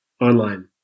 online